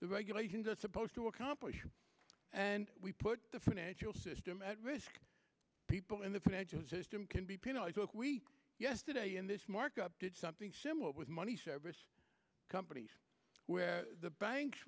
the regulations are supposed to accomplish and we put the financial system at risk people in the financial system can be penalized look we yesterday in this markup did something similar with money service companies where the banks